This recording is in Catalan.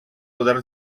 poder